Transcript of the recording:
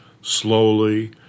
slowly